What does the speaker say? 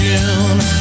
June